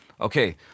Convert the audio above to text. Okay